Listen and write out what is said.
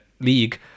league